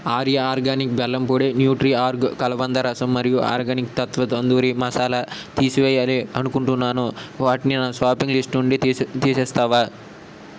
Arya organic బెల్లం పొడి Nutri Org కలబంద రసం మరియు ఆర్గానిక్ తత్వ తందూరి మసాల తీసివేయాలి అనుకుంటున్నాను వాటిని నా షాపింగ్ లిస్ట్ నుండి తీసే తీసేస్తావా